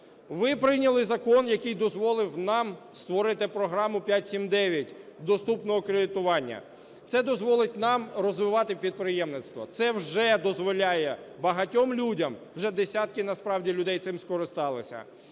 Ви прийняли закон, який дозволив нам створити програму "5-7-9" - доступного кредитування. Це дозволить нам розвивати підприємництво, це вже дозволяє багатьом людям, вже десятки насправді людей цим скористалися,